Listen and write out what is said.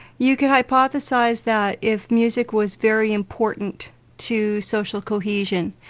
you could hypothesise that if music was very important to social cohesion,